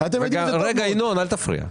ינון, אל תפריע.